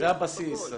זה הבסיס.